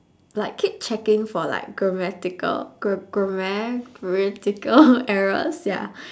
like keep checking for like grammatical gra~ grammatical grammatical errors ya